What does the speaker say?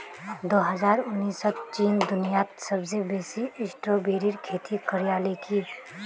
दो हजार उन्नीसत चीन दुनियात सबसे बेसी स्ट्रॉबेरीर खेती करयालकी